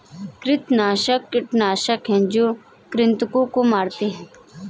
कृंतकनाशक कीटनाशक हैं जो कृन्तकों को मारते हैं